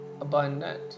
abundant